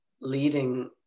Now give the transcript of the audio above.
leading